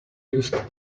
used